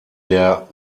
der